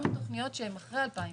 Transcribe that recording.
גם תכניות שהן אחרי 2006,